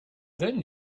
then